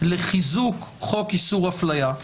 לחיזוק חוק איסור הפליה,